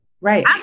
Right